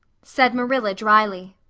said marilla drily.